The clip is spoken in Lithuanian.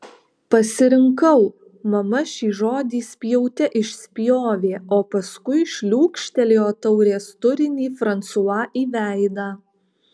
pasirinkau mama šį žodį spjaute išspjovė o paskui šliūkštelėjo taurės turinį fransua į veidą